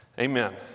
Amen